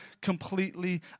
completely